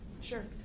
Sure